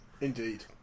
Indeed